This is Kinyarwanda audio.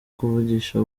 kuvugisha